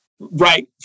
right